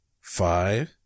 five